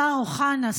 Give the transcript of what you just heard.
השר אוחנה,